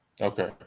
okay